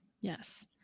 yes